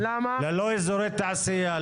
ללא אזורי תעשיה,